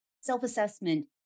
self-assessment